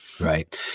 Right